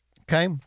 Okay